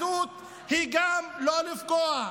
אחדות היא גם לא לפגוע,